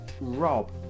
Rob